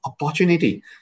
opportunity